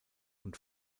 und